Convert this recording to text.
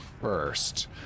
first